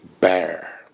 bear